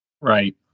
Right